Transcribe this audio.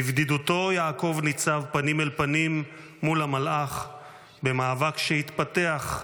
בבדידותו יעקב ניצב פנים אל פנים מול המלאך במאבק שהתפתח,